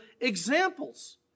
examples